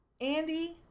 Andy